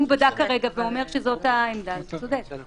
אם הוא אומר שזאת העמדה, הוא צודק.